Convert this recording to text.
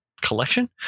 collection